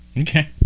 Okay